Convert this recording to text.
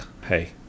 hey